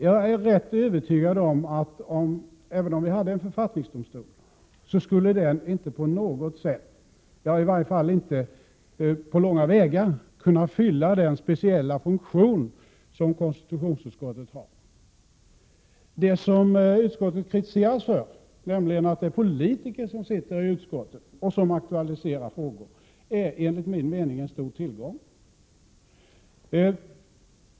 Jag är rätt övertygad om att en författningsdomstol, om vi hade en sådan, inte på långa vägar skulle kunna fylla den speciella funktion som konstitutionsutskottet har. Det som utskottet kritiseras för, nämligen att det är politiker som sitter i utskottet och som aktualiserar frågor, är enligt min mening en stor tillgång.